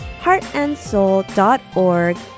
heartandsoul.org